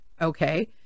okay